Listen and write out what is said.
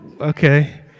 Okay